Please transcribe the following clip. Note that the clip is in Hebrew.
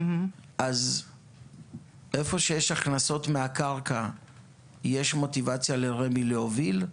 אז איפה שיש הכנסות מהקרקע יש מוטיבציה לרמ"י להוביל,